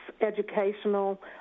educational